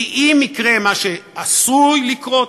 כי אם יקרה מה שעשוי לקרות,